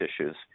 issues